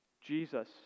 Jesus